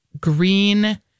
green